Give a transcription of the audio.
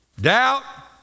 Doubt